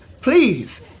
please